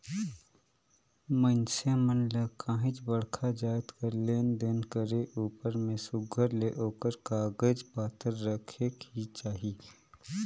मइनसे मन ल काहींच बड़खा जाएत कर लेन देन करे उपर में सुग्घर ले ओकर कागज पाथर रखेक ही चाही